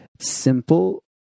simple